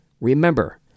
Remember